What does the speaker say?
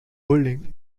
holding